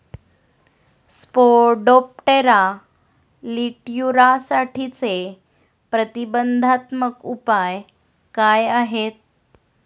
Spodoptera लिट्युरासाठीचे प्रतिबंधात्मक उपाय काय आहेत?